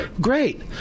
Great